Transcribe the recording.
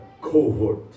cohort